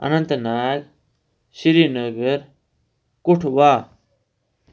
Anant Nag Srinagar Kathua